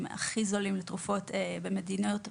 הכי זולים לתרופות במדינות מערביות,